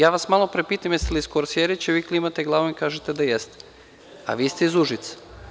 Ja vas malopre pitam da li ste iz Kosjerića, a vi klimate glavom i kažete da jeste, a vi ste iz Užica.